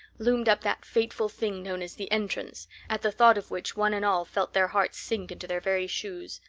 loomed up that fateful thing known as the entrance, at the thought of which one and all felt their hearts sink into their very shoes.